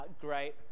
great